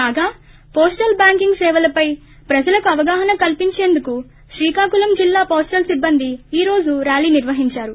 కాగా postal banking సేవలపై ప్రజలకు అవగాహన కల్పించేందుకు శ్రీకాకుళం జిల్లా పోస్టల్ సిబ్బంది ఈ రోజు ర్యాలీ నిర్వహిందారు